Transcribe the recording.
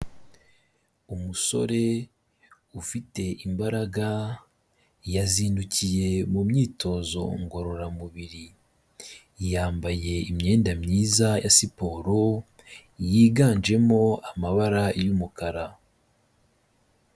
Umusore ufite imbaraga yazindukiye mu myitozo ngororamubiri, yambaye imyenda myiza ya siporo yiganjemo amabara y'umukara.